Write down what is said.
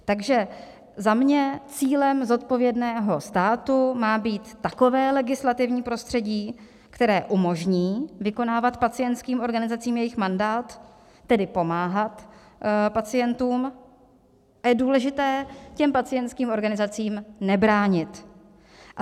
Takže za mě, cílem zodpovědného státu má být takové legislativní prostředí, které umožní vykonávat pacientským organizacím jejich mandát, tedy pomáhat pacientům, a je důležité těm pacientským organizacím nebránit.